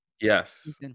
yes